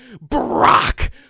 Brock